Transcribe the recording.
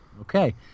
Okay